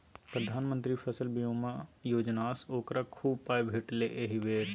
प्रधानमंत्री फसल बीमा योजनासँ ओकरा खूब पाय भेटलै एहि बेर